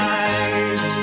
eyes